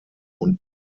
und